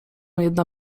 jedna